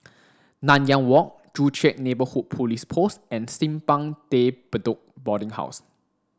Nanyang Walk Joo Chiat Neighbourhood Police Post and Simpang De Bedok Boarding House